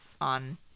on